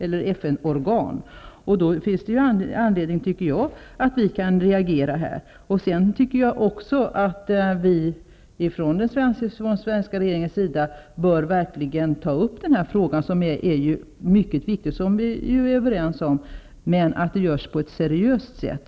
Därför finns det anledning för oss att reagera. Jag anser också att den svenska regeringen verkligen bör ta upp denna fråga, vilken vi ju är överens om är mycket viktig, men att detta görs på ett seriöst sätt.